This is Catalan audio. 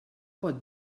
pot